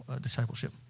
discipleship